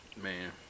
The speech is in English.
Man